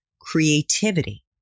creativity